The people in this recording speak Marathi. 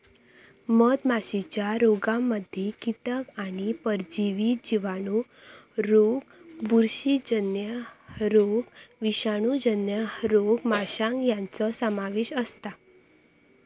मधमाशीच्या रोगांमध्ये कीटक आणि परजीवी जिवाणू रोग बुरशीजन्य रोग विषाणूजन्य रोग आमांश यांचो समावेश असता